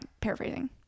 paraphrasing